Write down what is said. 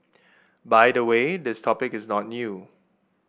by the way this topic is not new